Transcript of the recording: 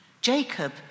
Jacob